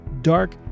dark